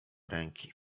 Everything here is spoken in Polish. ręki